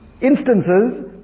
instances